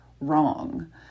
wrong